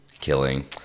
Killing